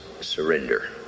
surrender